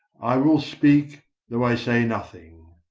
i will speak though i say nothing.